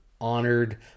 honored